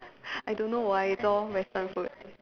I don't know why it's all Western food